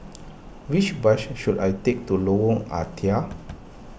which bus should I take to Lorong Ah Thia